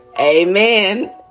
Amen